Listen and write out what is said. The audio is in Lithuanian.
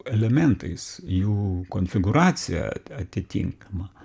elementais jų konfigūracija atitinkama